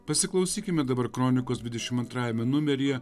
pasiklausykime dabar kronikos dvidešim antrajame numeryje